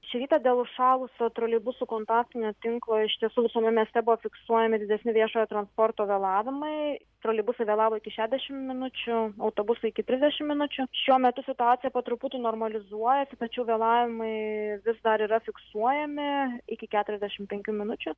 šį rytą dėl užšalusio troleibusų kontaktinio tinklo iš tiesų visame mieste buvo fiksuojami didesni viešojo transporto vėlavimai troleibusai vėlavo iki šešiasdešimt minučių autobusai iki trisdešimt minučių šiuo metu situacija po truputį normalizuojasi pačių vėlavimai vis dar yra fiksuojami iki keturiasdešimt penkių minučių